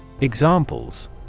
Examples